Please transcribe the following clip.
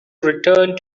return